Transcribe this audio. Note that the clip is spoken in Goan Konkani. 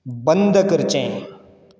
बंद करचें